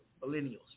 millennials